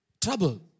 trouble